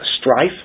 Strife